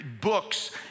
books